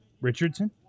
Richardson